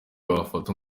wafata